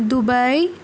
Dubai